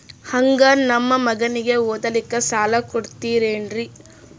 ಹಂಗ ನಮ್ಮ ಮಗನಿಗೆ ಓದಲಿಕ್ಕೆ ಸಾಲ ಕೊಡ್ತಿರೇನ್ರಿ?